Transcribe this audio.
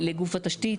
לגוף התשתית.